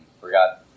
forgot